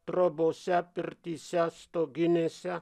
trobose pirtyse stoginėse